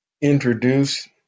introduce